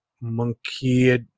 Monkey